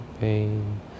pain